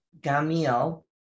Gamil